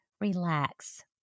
relax